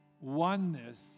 oneness